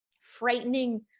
frightening